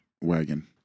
wagon